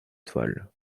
toile